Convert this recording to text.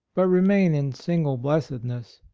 but remain in single blessedness.